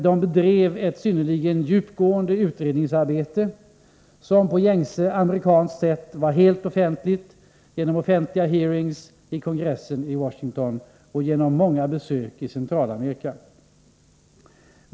Det bedrevs ett synnerligen djupgående utredningsarbete, som på gängse amerikanskt sätt var helt offentligt, genom offentliga hearings i kongressen i Washington och genom många besök i Centralamerika.